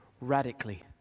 radically